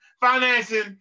financing